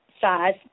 size